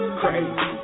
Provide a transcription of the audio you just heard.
crazy